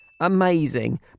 Amazing